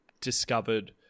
discovered